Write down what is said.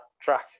track